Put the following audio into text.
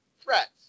threats